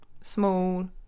small